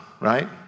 right